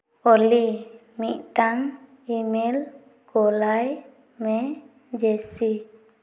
ᱳᱞᱤ ᱢᱤᱫᱴᱟᱝ ᱤᱢᱮᱞ ᱠᱩᱞᱟᱭ ᱢᱮ ᱡᱮᱥᱤ